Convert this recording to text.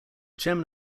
chairman